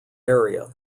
area